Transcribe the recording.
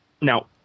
Now